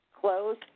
close